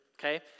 Okay